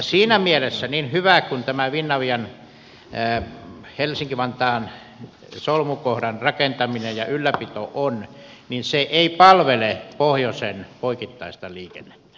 siinä mielessä niin hyvä kuin tämä finavian helsinki vantaan solmukohdan rakentaminen ja ylläpito on se ei palvele pohjoisen poikittaista liikennettä